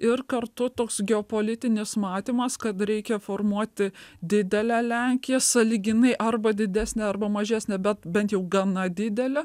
ir kartu toks geopolitinis matymas kad reikia formuoti didelę lenkiją sąlyginai arba didesnė arba mažesnė bet bent jau gana didelė